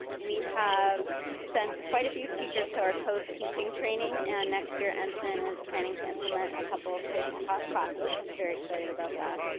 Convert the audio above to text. we have sent quite a few teachers to our co-teaching training and next year, ensign is planning to implement a couple of co-taught classes, i'm very excited about that.